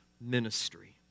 ministry